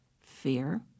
fear